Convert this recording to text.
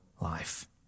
life